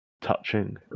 touching